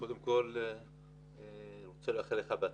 קודם כול, אני רוצה לאחל לך בהצלחה.